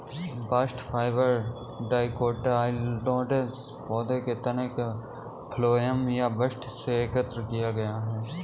bast fibre dicotyledonous पौधों के तने के फ्लोएम या बस्ट से एकत्र किया गया है